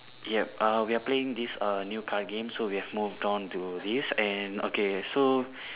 yup err we are playing this err new card game so we have moved on to this and okay so